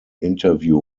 interview